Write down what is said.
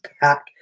back